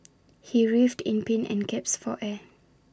he writhed in pain and gasped for air